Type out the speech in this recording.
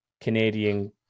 Canadian